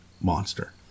monster